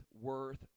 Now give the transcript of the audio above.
worth